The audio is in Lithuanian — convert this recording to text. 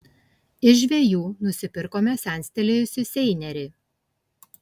iš žvejų nusipirkome senstelėjusį seinerį